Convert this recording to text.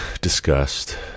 disgust